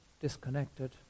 disconnected